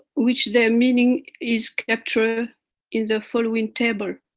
which their meaning is capture in the following table.